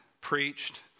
preached